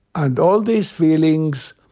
and all these feelings,